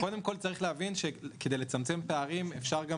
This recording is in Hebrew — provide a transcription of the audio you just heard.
קודם כל צריך להבין שכדי לצמצם פערים אפשר גם